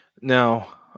Now